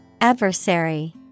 Adversary